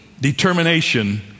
determination